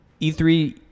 E3